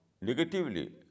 negatively